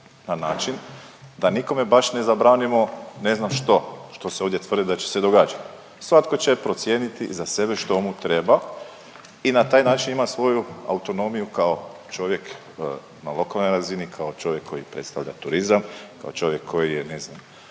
na način da nikome baš ne zabranimo ne znam što, što se ovdje tvrdi da će se događati. Svatko će procijeniti za sebe što mu treba i na taj način ima svoju autonomiju kao čovjek na lokalnoj razini, kao čovjek koji predstavlja turizam, kao čovjek koji je ne znam